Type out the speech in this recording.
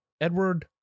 Edward